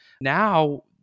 Now